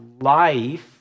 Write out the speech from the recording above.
life